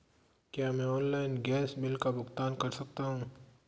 क्या मैं online gas bill का भुगतान कर सकता हूँ?